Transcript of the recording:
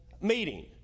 meeting